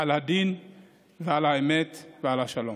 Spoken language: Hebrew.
על הדין ועל האמת ועל השלום".